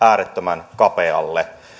äärettömän kapealle